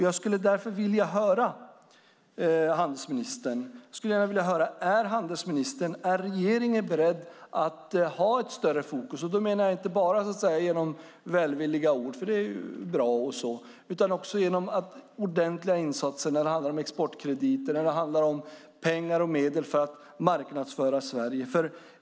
Jag skulle vilja höra om handelsministern och regeringen är beredda att ha större fokus - inte bara i välvilliga ord, utan genom ordentliga insatser - när det handlar om exportkrediter och medel för att marknadsföra Sverige.